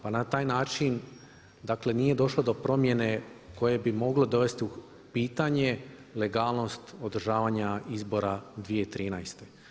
Pa na taj način dakle nije došlo do promjene koje bi mogle dovesti u pitanje legalnost održavanja izbora 2013.